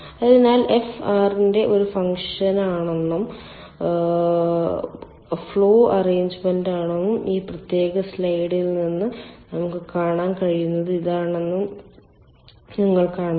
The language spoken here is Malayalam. അതിനാൽ F R ന്റെ ഒരു ഫംഗ്ഷനാണെന്നും ഫ്ലോ അറേഞ്ച്മെന്റാണെന്നും ഈ പ്രത്യേക സ്ലൈഡിൽ നിന്നും നമുക്ക് കാണാൻ കഴിയുന്നത് ഇതാണ് എന്ന് നിങ്ങൾ കാണുന്നു